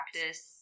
practice